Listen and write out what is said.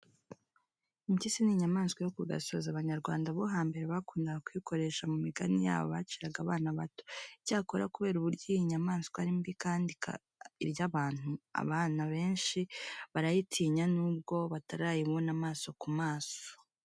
Impyisi ni inyamaswa yo ku gasozi, Abanyarwanda bo hambere bakundaga kuyikoresha mu migani yabo baciraga abana bato. Icyakora kubera uburyo iyi nyamaswa ari mbi kandi ikaba irya abantu, abana benshi barayitinya nubwo batarayibona amaso ku maso.